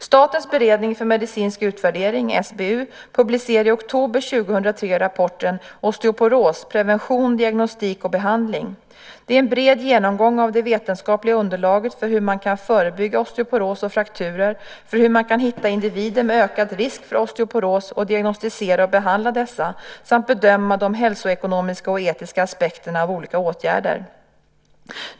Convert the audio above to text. Statens beredning för medicinsk utvärdering, SBU, publicerade i oktober 2003 rapporten Osteoporos - prevention, diagnostik och behandling . Det är en bred genomgång av det vetenskapliga underlaget för hur man kan förebygga osteoporos och frakturer, för hur man kan hitta individer med ökad risk för osteoporos och diagnostisera och behandla dessa samt bedöma de hälsoekonomiska och etiska aspekterna av olika åtgärder.